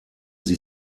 sie